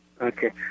Okay